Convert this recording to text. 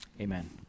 Amen